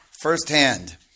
firsthand